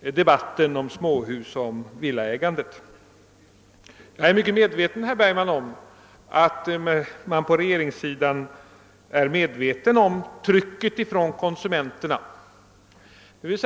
debatten om småhus och villaägande. Jag är medveten, herr Bergman, om att regeringen uppfattat trycket från konsumenterna härvidlag.